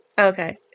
Okay